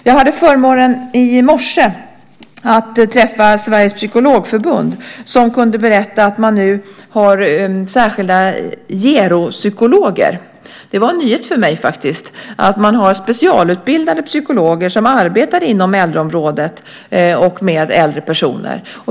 Jag hade förmånen i morse att träffa Sveriges Psykologförbund som kunde berätta att man nu har särskilda geropsykologer. Det var en nyhet för mig faktiskt att man har specialutbildade psykologer som arbetar inom äldreområdet och med äldre personer.